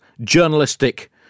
journalistic